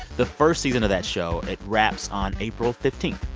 the first season of that show it wraps on april fifteen.